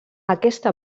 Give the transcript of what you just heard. aquesta